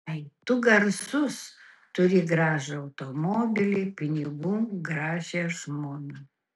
tu garsus turi gražų automobilį pinigų gražią žmoną